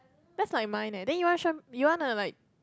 that's like mine leh then you want show~ you wanna like